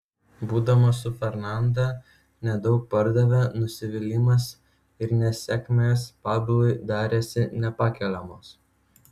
būdamas su fernanda nedaug pardavė nusivylimas ir nesėkmės pablui darėsi nepakeliamos